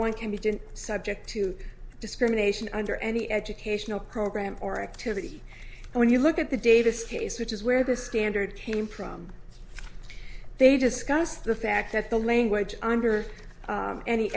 one can be didn't subject to discrimination under any educational program or activity when you look at the davis case which is where the standard came from they discussed the fact that the language under